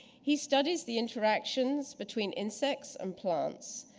he studies the interactions between insects and plants.